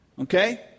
Okay